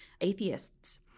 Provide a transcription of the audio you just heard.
atheists